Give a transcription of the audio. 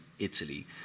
Italy